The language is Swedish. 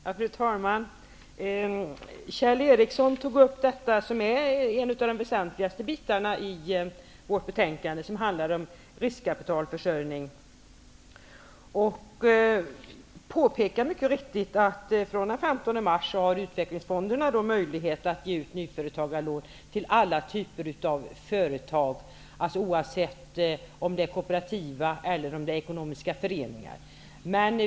Fru talman! Kjell Ericsson tog upp en av de väsentligaste bitarna i vårt betänkande. Det gäller det avsnitt som behandlar riskkapitalförsörjningen. Han påpekade mycket riktigt att från den 15 mars har utvecklingsfonderna möjlighet att ge nyföretagarlån till alla typer av företag, dvs. oavsett om det rör sig om kooperativa företag eller ekonomiska föreningar.